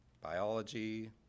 biology